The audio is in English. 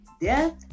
Death